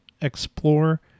explore